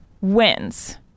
wins